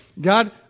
God